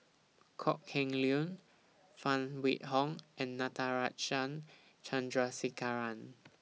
Kok Heng Leun Phan Wait Hong and Natarajan Chandrasekaran